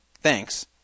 Thanks